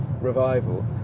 revival